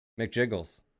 McJiggles